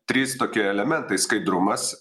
trys tokie elementai skaidrumas